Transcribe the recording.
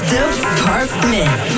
Department